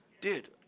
dude